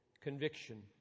conviction